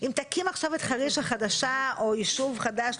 אם תקים עכשיו את חריש החדשה או יישוב חדש,